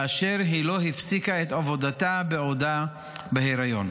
באשר היא לא הפסיקה את עבודתה בעודה בהיריון.